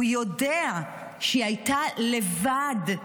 הוא יודע שהיא הייתה לבד,